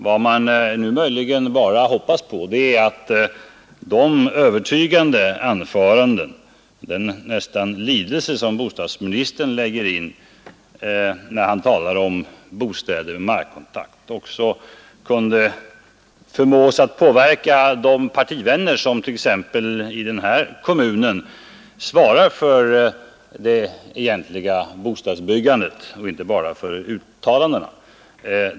Vad man nu möjligen kan hoppas på är att de övertygande anföranden och den lidelse, skulle jag nästan vilja säga, som bostadsministern lägger in när han talar om bostäder med markkontakt, också kunde påverka de partivänner som t.ex. i Stockholms kommun svarar för det egentliga bostadsbyggandet och inte bara för uttalandena.